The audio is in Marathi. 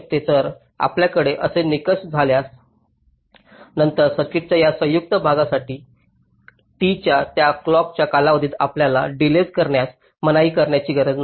तर आपल्याकडे असे निकष असल्यास नंतर सर्किटच्या या संयुक्त भागासाठी t च्या त्या क्लॉकच्या कालावधीत आपल्याला डिलेज करण्यास मनाई करण्याची गरज नाही